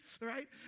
right